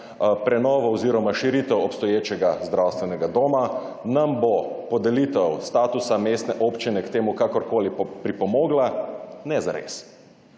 prenovo oziroma širitev obstoječega zdravstvenega doma. Nam bo podelitev statusa mestne občine k temu kakorkoli pripomogla? Ne zares,